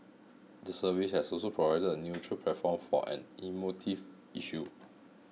the service has also provided a neutral platform for an emotive issue